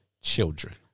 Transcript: children